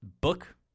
book